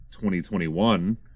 2021